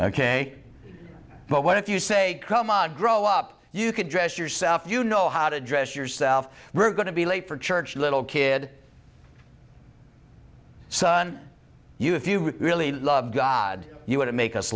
ok but what if you say come on grow up you could dress yourself you know how to dress yourself we're going to be late for church little kid son you if you really love god you would make us